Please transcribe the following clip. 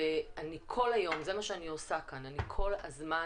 וכל היום זה מה שאני עושה כאן, אני כל הזמן